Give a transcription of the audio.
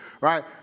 right